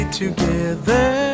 together